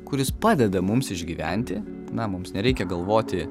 kuris padeda mums išgyventi na mums nereikia galvoti